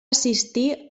assistir